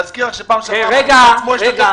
להזכיר לך שבפעם שעברה המבקר בעצמו השתתף